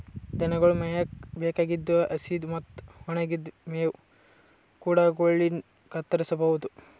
ದನಗೊಳ್ ಮೇಯಕ್ಕ್ ಬೇಕಾಗಿದ್ದ್ ಹಸಿದ್ ಮತ್ತ್ ಒಣಗಿದ್ದ್ ಮೇವ್ ಕುಡಗೊಲಿನ್ಡ್ ಕತ್ತರಸಬಹುದು